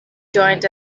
joint